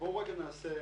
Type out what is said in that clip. בואו רגע נבין